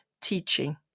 teaching